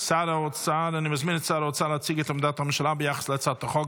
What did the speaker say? אני מזמין את שר האוצר להציג את עמדת הממשלה ביחס להצעת החוק,